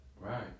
Right